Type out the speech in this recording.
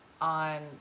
on